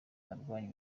arwanya